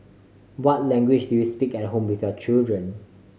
what language do you speak at home with your children